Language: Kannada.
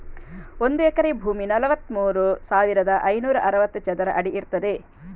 ಒಂದು ಎಕರೆ ಭೂಮಿ ನಲವತ್ತಮೂರು ಸಾವಿರದ ಐನೂರ ಅರವತ್ತು ಚದರ ಅಡಿ ಇರ್ತದೆ